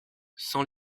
sans